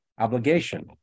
obligation